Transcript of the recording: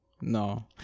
No